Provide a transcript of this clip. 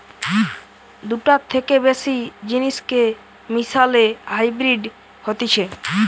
দুটার থেকে বেশি জিনিসকে মিশালে হাইব্রিড হতিছে